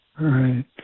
right